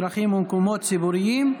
דרכים ומקומות ציבוריים,